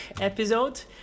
episode